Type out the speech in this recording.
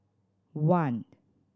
one